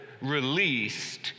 released